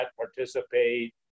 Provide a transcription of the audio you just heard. participate